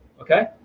Okay